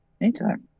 Anytime